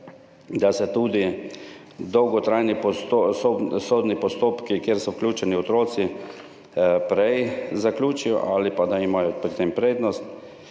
torej tudi dolgotrajni sodni postopki, v katere so vključeni otroci, prej zaključijo ali pa da imajo pri tem prednost.